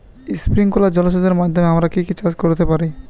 Sprinkler জলসেচের মাধ্যমে আমরা কি কি চাষ করতে পারি?